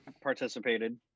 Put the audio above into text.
participated